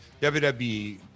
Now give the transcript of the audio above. WWE